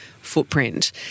footprint